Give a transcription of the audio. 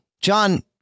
John